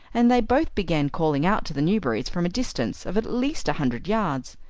and they both began calling out to the newberrys from a distance of at least a hundred yards.